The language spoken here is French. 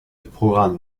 programme